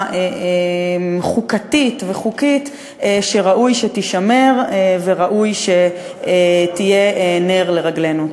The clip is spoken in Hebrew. חוקתית וחוקית שראוי שתישמר וראוי שתהיה נר לרגלינו.